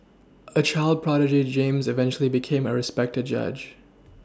a child prodigy James eventually became a respected judge